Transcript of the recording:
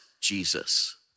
Jesus